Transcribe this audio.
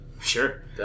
Sure